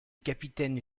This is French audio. capitaine